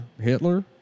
Hitler